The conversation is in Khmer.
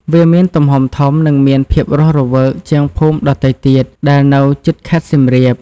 វាមានទំហំធំ និងមានភាពរស់រវើកជាងភូមិដទៃទៀតដែលនៅជិតខេត្តសៀមរាប។